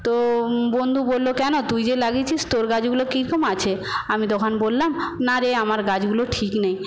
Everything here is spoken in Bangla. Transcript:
তো বন্ধু বলল কেন তুই যে লাগিয়েছিস তোর গাছগুলো কীরকম আছে আমি তখন বললাম না রে আমার গাছগুলো ঠিক নেই